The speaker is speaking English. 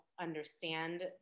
understand